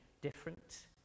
different